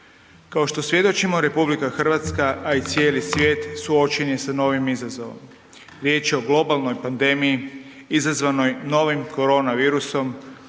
Kao što svjedočimo RH, a i cijeli svijet suočen je sa novim izazovom. Riječ je o globalnoj pandemiji izazvanoj novim korona virusom